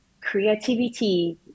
creativity